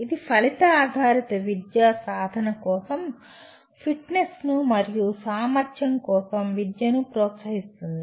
ఇది ఫలిత ఆధారిత విద్య సాధన కోసం ఫిట్నెస్ను మరియు సామర్ధ్యం కోసం విద్యను ప్రోత్సహిస్తుంది